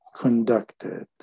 conducted